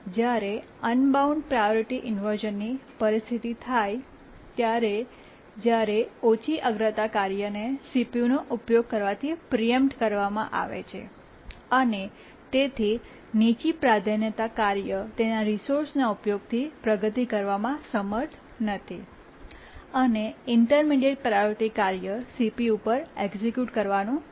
જ્યારે unbound priority ઇન્વર્શ઼નની પરિસ્થિતિ ત્યારે થાય છે જ્યારે ઓછી અગ્રતા કાર્યને CPUનો ઉપયોગ કરવાથી પ્રીએમ્પ્ટ કરવામાં આવે છે અને તેથી નીચા પ્રાધાન્યતા કાર્ય તેના રિસોર્સના ઉપયોગથી પ્રગતિ કરવામાં સમર્થ નથી અને ઇન્ટર્મીડિએટ્ પ્રાયોરિટી કાર્ય CPU પર એક્સિક્યૂટ કરવાનું ચાલુ રાખે છે